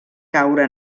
caure